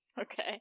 okay